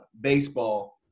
baseball